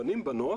בנים בנות,